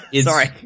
Sorry